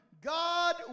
God